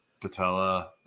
Patella